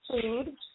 food